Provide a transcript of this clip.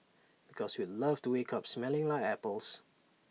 because we'd love to wake up smelling like apples